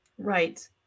Right